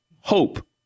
Hope